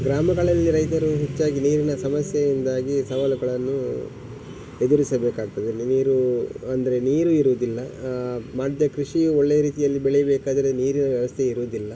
ಗ್ರಾಮಗಳಲ್ಲಿ ರೈತರು ಹೆಚ್ಚಾಗಿ ನೀರಿನ ಸಮಸ್ಯೆಯಿಂದಾಗಿ ಸವಾಲುಗಳನ್ನು ಎದುರಿಸಬೇಕಾಗ್ತದೆ ನೀರು ಅಂದರೆ ನೀರು ಇರುವುದಿಲ್ಲ ಮಾಡಿದ ಕೃಷಿಯು ಒಳ್ಳೆಯ ರೀತಿಯಲ್ಲಿ ಬೆಳೆ ಬೇಕಾದರೆ ನೀರಿನ ವ್ಯವಸ್ಥೆ ಇರುವುದಿಲ್ಲ